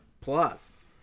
Plus